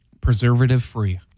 preservative-free